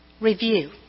review